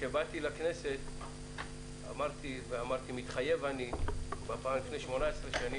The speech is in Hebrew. כשבאתי לכנסת ואמרתי "מתחייב אני" לפני 18 שנים,